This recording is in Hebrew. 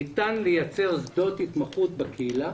ניתן לייצר שדות התמחות בקהילה.